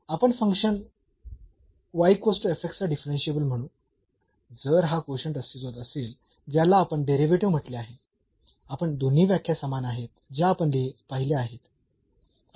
पुन्हा आपण फंक्शन ला डिफरन्शियेबल म्हणू जर हा कोशंट अस्तित्वात असेल ज्याला आपण डेरिव्हेटिव्ह म्हटले आहे पण दोन्ही व्याख्या समान आहेत ज्या आपण पाहिल्या आहेत